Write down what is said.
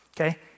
Okay